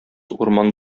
урман